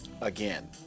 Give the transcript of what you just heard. again